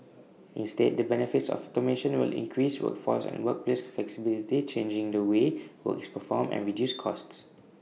instead the benefits of automation will increase workforce and workplace flexibility change the way work is performed and reduce costs